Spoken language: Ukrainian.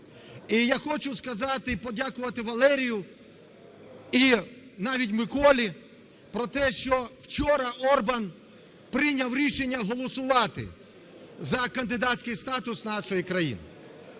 І я хочу сказати, і подякувати Валерію, і навіть Миколі, про те, що вчора Орбан прийняв рішення голосувати за кандидатський статус нашої країни.